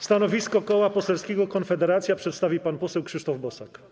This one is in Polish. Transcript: Stanowisko Koła Poselskiego Konfederacja przedstawi pan poseł Krzysztof Bosak.